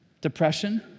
Depression